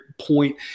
point